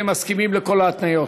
אתם מסכימים לכל ההתניות?